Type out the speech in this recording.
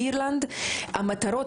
באירלנד המטרות,